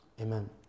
Amen